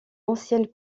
anciennes